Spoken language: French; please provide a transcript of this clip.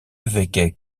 avec